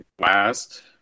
last